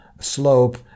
slope